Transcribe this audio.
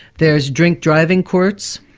there's drink-driving courts,